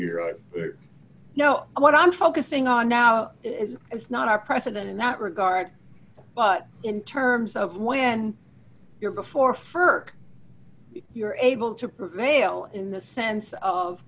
are no what i'm focusing on now is it's not our president in that regard but in terms of when you're before ferk you're able to prevail in the sense of